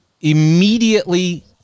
immediately